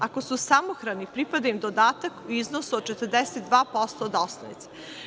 Ako su samohrani, pripada im dodatak u iznosu od 42% od osnovice.